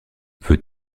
veux